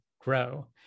grow